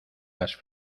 las